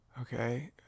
Okay